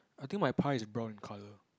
I think my pie is brown in colour